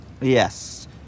yes